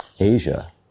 asia